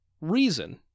reason